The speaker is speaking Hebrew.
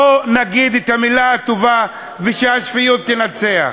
בואו נגיד את המילה הטובה, ושהשפיות תנצח.